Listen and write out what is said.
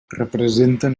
representen